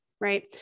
right